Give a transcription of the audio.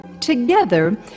Together